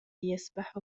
يسبح